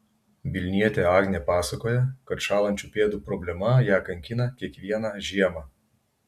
vilnietė agnė pasakoja kad šąlančių pėdų problema ją kankina kiekvieną žiemą